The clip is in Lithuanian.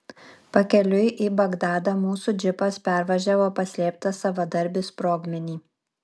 pakeliui į bagdadą mūsų džipas pervažiavo paslėptą savadarbį sprogmenį